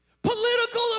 Political